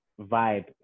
vibe